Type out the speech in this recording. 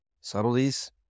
Subtleties